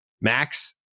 Max